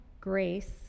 grace